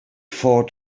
fought